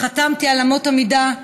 חתמתי על אמות המידה,